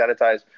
sanitized